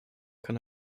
kann